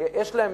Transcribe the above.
כי יש להם